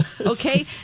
okay